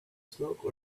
smoke